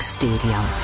stadium